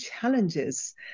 challenges